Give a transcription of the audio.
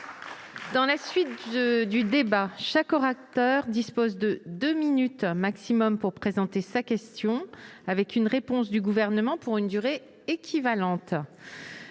Je rappelle que chaque orateur dispose de deux minutes maximum pour présenter sa question, suivie d'une réponse du Gouvernement pour une durée équivalente.